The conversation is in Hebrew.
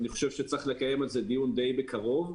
אני חושב שצריך לקיים על זה דיון די בקרוב.